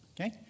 Okay